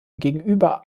gegenüber